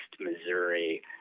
Missouri